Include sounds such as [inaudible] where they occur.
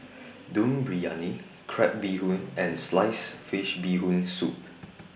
Dum Briyani Crab Bee Hoon and Sliced Fish Bee Hoon Soup [noise]